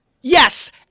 yes